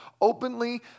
openly